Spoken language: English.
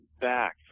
back